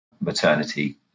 maternity